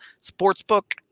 sportsbook